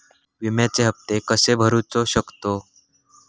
विम्याचे हप्ते कसे भरूचो शकतो?